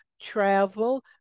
travel